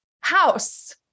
house